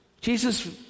Jesus